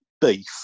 Beef